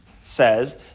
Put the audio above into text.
says